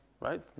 right